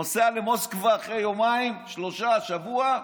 נוסע למוסקבה, אחרי יומיים, שלושה, שבוע,